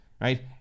right